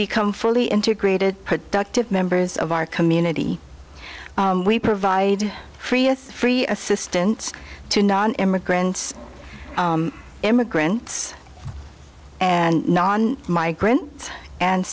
become fully integrated productive members of our community we provide free as free assistant to non immigrant immigrants and non migrant and